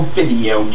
video